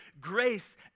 grace